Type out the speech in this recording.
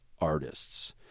artists